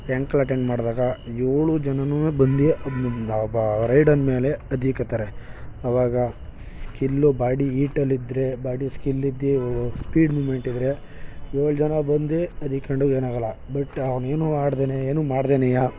ankle attend ಮಾಡಿದಾಗ ಏಳು ಜನನು ಬಂದು ಒಬ್ಬ ರೈಡನ್ ಮೇಲೆ ಅವಾಗ ಸ್ಕಿಲ್ಲು ಬಾಡಿ ಈಟಲಿದ್ದರೆ ಬಾಡಿ ಸ್ಕಿಲ್ಲಿದ್ದು ಸ್ಪೀಡ್ ಮೂಮೆಂಟ್ ಇದ್ದರೆ ಏಳು ಜನ ಬಂದು ಏನಾಗಲ್ಲ ಬಟ್ ಅವ್ನು ಏನು ಆಡ್ದೆ ಏನೂ ಮಾಡ್ದೆನೇ